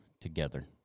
together